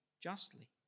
justly